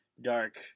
dark